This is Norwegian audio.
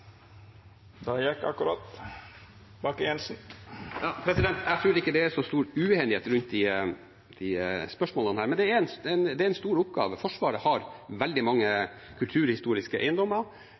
Jeg tror ikke det er så stor uenighet rundt disse spørsmålene, men det er en stor oppgave. Forsvaret har veldig mange kulturhistoriske eiendommer,